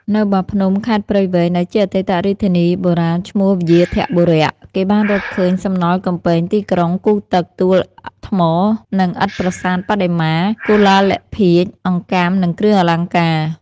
នៅបាភ្នំ ខេត្តព្រៃវែង ដែលជាអតីតរាជធានីបុរាណឈ្មោះ វ្យាធបុរៈ គេបានរកឃើញសំណល់កំពែងទីក្រុង គូទឹក ទួល ថ្មនិងឥដ្ឋប្រាសាទ បដិមា កុលាលភាជន៍ អង្កាំ និងគ្រឿងអលង្ការ។